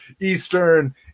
Eastern